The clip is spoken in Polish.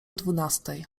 dwunastej